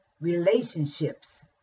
relationships